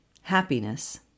Happiness